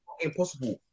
impossible